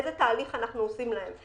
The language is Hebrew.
איזה תהליך אנחנו עושים להם,